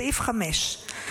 סעיף 5,